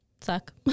Suck